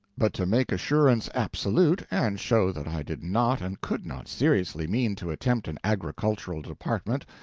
but to make assurance absolute, and show that i did not and could not seriously mean to attempt an agricultural department,